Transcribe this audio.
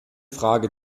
frage